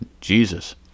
Jesus